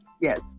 Yes